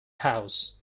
house